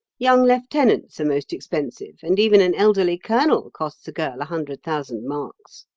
young lieutenants are most expensive, and even an elderly colonel costs a girl a hundred thousand marks.